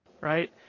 right